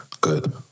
good